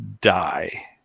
Die